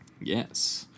yes